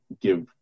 give